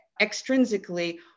extrinsically